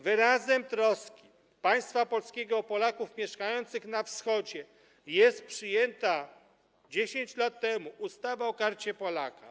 Wyrazem troski państwa polskiego o Polaków mieszkających na Wschodzie jest przyjęta 10 lat temu ustawa o Karcie Polaka.